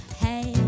hey